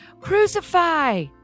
crucify